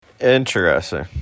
Interesting